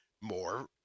More